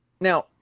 Now